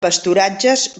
pasturatges